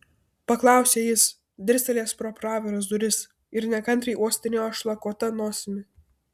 paklausė jis dirstelėjęs pro praviras duris ir nekantriai uostinėjo šlakuota nosimi